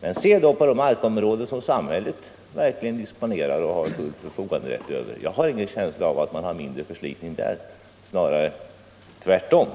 Men se på de markområden som samhället verkligen disponerar och har förfoganderätt över! Jag har ingen känsla av att det är mindre förslitning där, snarare tvärtom.